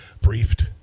briefed